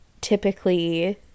typically